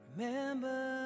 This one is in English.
Remember